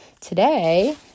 today